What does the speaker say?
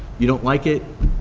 you don't like it,